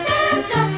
Santa